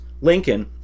Lincoln